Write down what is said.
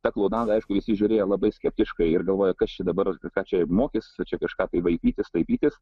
tą klounadą aišku visi žiūrėjo labai skeptiškai ir galvojo kas čia dabar ką čia mokysčia kažką tai vaikytis staipytis